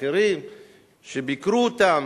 שביקרו אותם